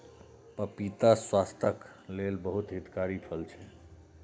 पपीता स्वास्थ्यक लेल बहुत हितकारी फल छै